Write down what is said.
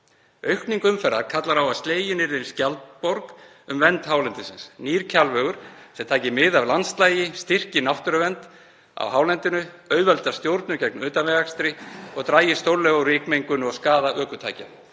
Aukning umferðar kallar á að slegin verði skjaldborg um vernd hálendisins. Nýr Kjalvegur taki mið af landslagi, styrki náttúruvernd á hálendinu, auðveldi stjórnun gegn utanvegaakstri og dragi stórlega úr rykmengun og skaða ökutækja.